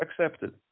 accepted